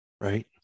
Right